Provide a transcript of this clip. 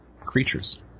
creatures